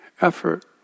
effort